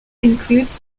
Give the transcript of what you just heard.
includes